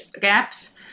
gaps